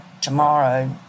tomorrow